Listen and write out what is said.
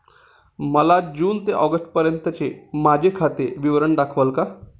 मला जून ते ऑगस्टपर्यंतचे माझे खाते विवरण दाखवाल का?